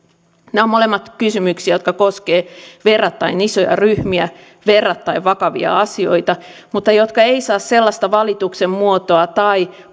nämä ovat molemmat kysymyksiä jotka koskevat verrattain isoja ryhmiä verrattain vakavia asioita mutta jotka eivät saa sellaista valituksen muotoa tai